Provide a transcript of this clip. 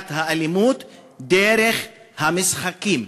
למניעת אלימות דרך משחקים.